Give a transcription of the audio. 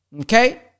okay